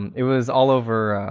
it was all over,